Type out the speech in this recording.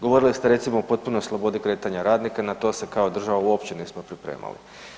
Govorili ste recimo o potpunoj slobodi kretanja radnika, na to se kao država uopće nismo pripremali.